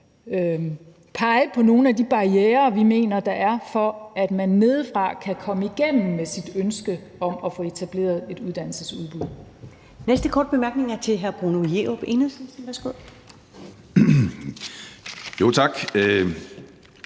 pege på nogle af de barrierer, vi mener der er, for, at man nedefra kan komme igennem med sit ønske om at få etableret et uddannelsesudbud. Kl. 20:53 Første næstformand (Karen Ellemann): Den næste korte